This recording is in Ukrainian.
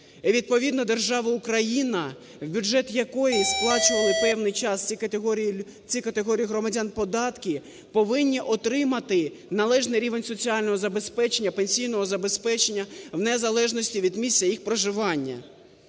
відповідно держава Україна, в бюджет якої сплачували певний час ці категорії громадян податки, повинні отримати належний рівень соціального забезпечення, пенсійного забезпечення в незалежності від місця їх проживання.